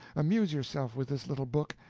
amuse yourself with this little book,